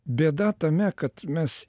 bėda tame kad mes